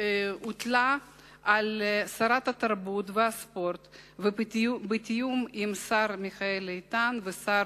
הוטלה על שרת התרבות והספורט בתיאום עם השר מיכאל איתן ושר